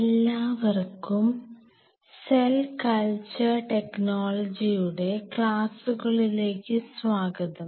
എല്ലാവർക്കും cell culture ടെക്നോളജിയുടെ ക്ലാസുകളിലേക്ക് സ്വാഗതം